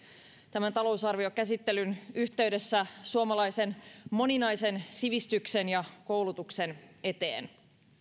tämän talousarviokäsittelyn yhteydessä suomalaisen moninaisen sivistyksen ja koulutuksen eteen